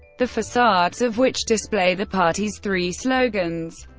the facades of which display the party's three slogans.